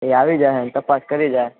આવી જાશે તપાસ કરી જાશે